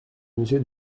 monsieur